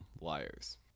Liars